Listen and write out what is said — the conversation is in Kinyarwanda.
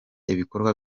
ibikorwa